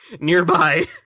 nearby